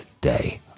day